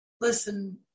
listen